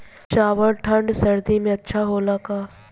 चावल ठंढ सह्याद्री में अच्छा होला का?